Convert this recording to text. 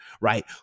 right